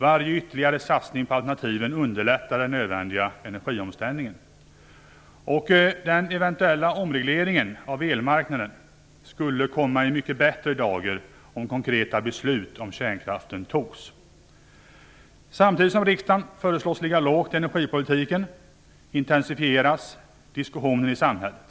Varje ytterligare satsning på alternativen underlättar den nödvändiga energiomställningen. Den eventuella omregleringen av elmarknaden skulle komma i en mycket bättre dager om konkreta beslut om kärnkraften togs. Samtidigt som riksdagen föreslås ligga lågt i energipolitiken intensifieras diskussionen i samhället.